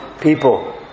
people